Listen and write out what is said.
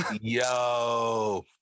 Yo